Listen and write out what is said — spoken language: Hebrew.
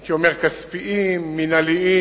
הייתי אומר, כספיים, מינהליים,